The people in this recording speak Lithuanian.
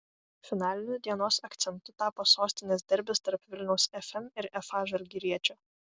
finaliniu dienos akcentu tapo sostinės derbis tarp vilniaus fm ir fa žalgiriečio